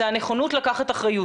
זה הנכונות לקחת אחריות,